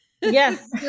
Yes